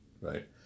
Right